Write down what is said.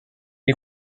est